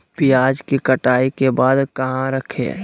प्याज के कटाई के बाद कहा रखें?